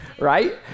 Right